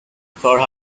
for